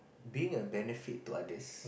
being a benefit to others